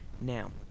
Now